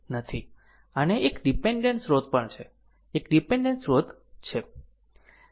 અને એક ડીપેન્ડેન્ટ સ્રોત પણ છે એક ડીપેન્ડેન્ટ સ્રોત છે